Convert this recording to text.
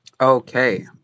Okay